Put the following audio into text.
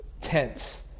tense